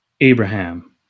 Abraham